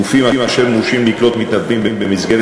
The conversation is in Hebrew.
גופים אשר מורשים לקלוט מתנדבים במסגרת